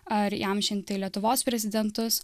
ar įamžinti lietuvos prezidentus